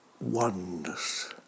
oneness